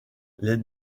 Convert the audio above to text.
les